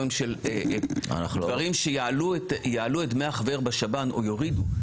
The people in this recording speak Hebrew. של דברים שיעלו את דמי החבר בשב"ן או יורידו,